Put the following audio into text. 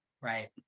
Right